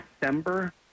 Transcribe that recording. December